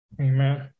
amen